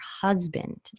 husband